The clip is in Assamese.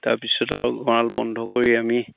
তাৰপিছত আৰু গড়াল বন্ধ কৰি আমি